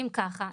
אם ככה,